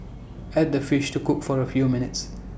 add the fish to cook for A few minutes